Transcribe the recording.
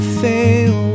fail